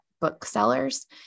booksellers